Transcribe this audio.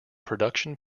production